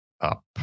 up